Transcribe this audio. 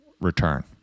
return